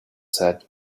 said